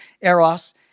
Eros